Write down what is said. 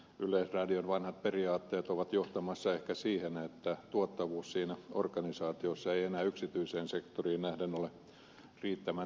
yleisradion vanhat periaatteet ovat johtamassa ehkä siihen että tuottavuus siinä organisaatiossa ei enää yksityiseen sektoriin nähden ole riittävän tehokasta